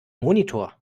monitor